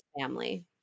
family